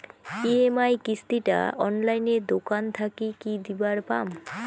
EMI কিস্তি টা অনলাইনে দোকান থাকি কি দিবার পাম?